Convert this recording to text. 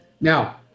Now